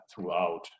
throughout